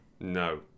No